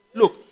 look